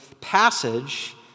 passage